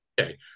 Okay